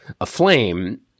aflame